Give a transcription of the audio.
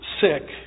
sick